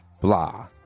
Blah